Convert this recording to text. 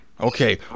okay